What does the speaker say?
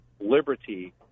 liberty